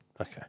Okay